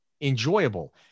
enjoyable